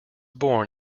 born